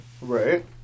Right